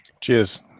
Cheers